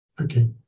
Okay